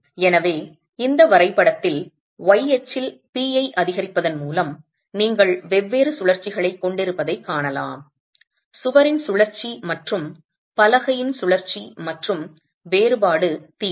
எனவே இந்த வரைபடத்தில் y அச்சில் P ஐ அதிகரிப்பதன் மூலம் நீங்கள் வெவ்வேறு சுழற்சிகளைக் கொண்டிருப்பதைக் காணலாம் சுவரின் சுழற்சி மற்றும் பலகையின் சுழற்சி மற்றும் வேறுபாடு θ